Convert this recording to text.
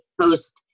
post